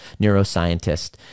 neuroscientist